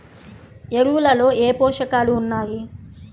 ఎరువులలో ఏ పోషకాలు ఉన్నాయి?